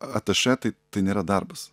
atašė tai tai nėra darbas